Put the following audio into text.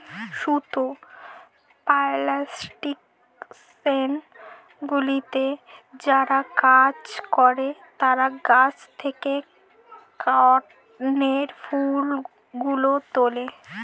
সুতো প্ল্যানটেশনগুলিতে যারা কাজ করে তারা গাছ থেকে কটনের ফুলগুলো তোলে